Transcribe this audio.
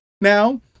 now